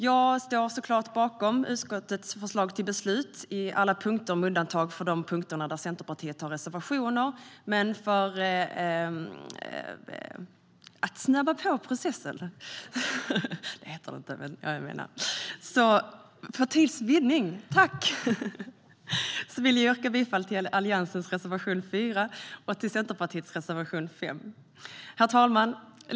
Jag står såklart bakom utskottets förslag till beslut på alla punkter, med undantag för de punkter där Centerpartiet har reservationer, men för tids vinnande yrkar jag bifall till Alliansens reservation 4 och Centerpartiets reservation 5. Herr talman!